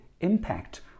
impact